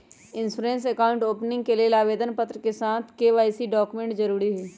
insurance account opening के लेल आवेदन पत्र के साथ के.वाई.सी डॉक्यूमेंट जरुरी हइ